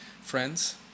friends